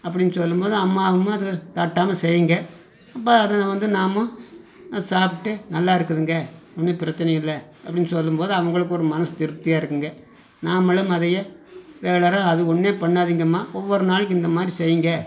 அப்படின்னு சொல்லும் போது அம்மாவும் அதை தட்டாமல் செய்யும்ங்க அப்போது அதில் வந்து நாம் சாப்பிட்டு நல்லா இருக்குதுங்க ஒன்றும் பிரச்சனை இல்லை அப்படின்னு சொல்லும் போது அவங்களுக்கு ஒரு மனது திருப்தியாக இருக்கும்ங்க நாமளும் அதையே ரெகுலராக அதை ஒன்னையே பண்ணாதீங்கம்மா ஒவ்வொரு நாளைக்கு இந்த மாதிரி செய்யுங்க